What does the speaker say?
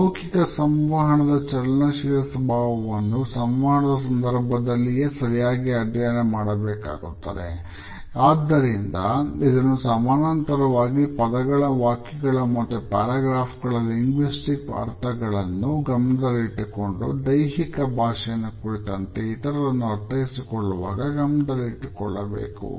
ಅಮೌಖಿಕ ಸಂವಹನದ ಚಲನಶೀಲ ಸ್ವಭಾವವನ್ನು ಸಂವಹನದ ಸಂದರ್ಭದಲ್ಲಿಯೇ ಸರಿಯಾಗಿ ಅಧ್ಯಯನ ಮಾಡಬೇಕಾಗುತ್ತದೆ ಆದ್ದರಿಂದ ಇದನ್ನು ಸಮಾನಾಂತರವಾಗಿ ಪದಗಳ ವಾಕ್ಯಗಳ ಮತ್ತು ಪ್ಯಾರಾಗ್ರಾಫ್ ಗಳ ಅರ್ಥಗಳನ್ನು ಗಮನದಲ್ಲಿಟ್ಟುಕೊಂಡು ದೈಹಿಕ ಭಾಷೆಯನ್ನು ಕುರಿತಂತೆ ಇತರರನ್ನು ಅರ್ಥೈಸಿಕೊಳ್ಳುವಾಗ ಗಮನದಲ್ಲಿಟ್ಟುಕೊಳ್ಳಬೇಕು